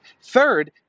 Third